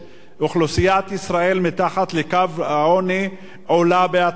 אוכלוסיית ישראל מתחת לקו העוני עולה בהתמדה.